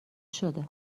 شده